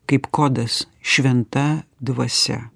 kaip kodas šventa dvasia